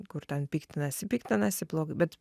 kur ten piktinasi piktinasi blog bet